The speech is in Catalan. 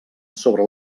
sobre